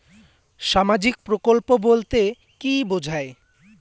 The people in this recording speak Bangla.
সামাজিক প্রকল্প বলতে কি বোঝায়?